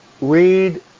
read